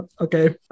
Okay